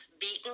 beaten